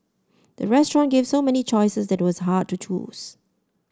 the restaurant gave so many choices that was hard to choose